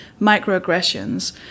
microaggressions